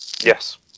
Yes